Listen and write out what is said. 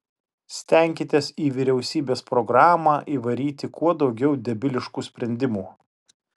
stenkitės į vyriausybės programą įvaryti kuo daugiau debiliškų sprendimų